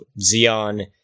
Xeon